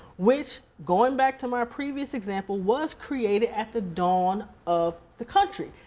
which, going back to my previous example, was created at the dawn of the country.